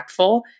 impactful